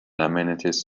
amenities